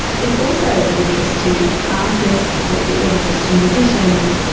it's also of interest to artists, it's it's of interest to musicians,